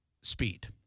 Speed